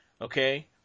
okay